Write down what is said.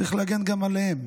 צריך להגן גם עליהם.